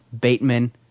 Bateman